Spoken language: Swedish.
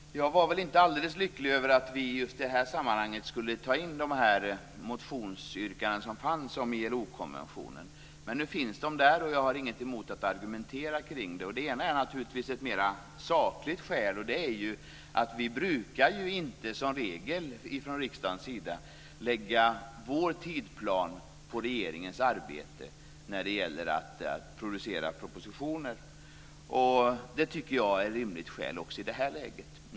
Fru talman! Jag var väl inte alldeles lycklig över att vi just i det här sammanhanget skulle ta in de motionsyrkanden som fanns om ILO-konventionen. Men nu finns de där, och jag har inget emot att argumentera kring dem. Det ena är naturligtvis ett mer sakligt skäl, att vi som regel från riksdagens sida inte brukar lägga vår tidplan på regeringens arbete när det gäller att producera propositioner. Det tycker jag är ett rimligt skäl också i det här läget.